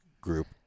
group